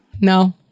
no